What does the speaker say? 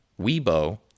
Weibo